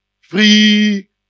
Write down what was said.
Free